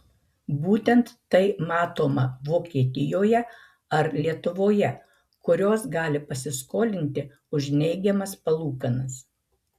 būtent tai matoma vokietijoje ar lietuvoje kurios gali pasiskolinti už neigiamas palūkanas